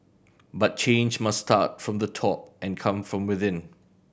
but change must start from the top and come from within